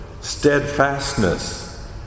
steadfastness